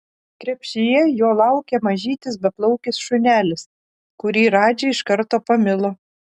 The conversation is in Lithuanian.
krepšyje jo laukė mažytis beplaukis šunelis kurį radži iš karto pamilo